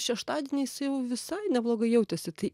šeštadienį jisai jau visai neblogai jautėsi tai